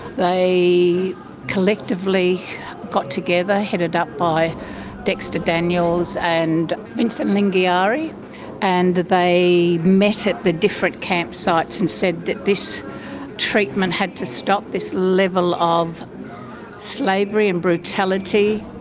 they collectively got together, headed up by dexter daniels and vincent lingiari and they met at the different campsites and said that this treatment had to stop, this level of slavery and brutality.